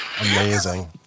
Amazing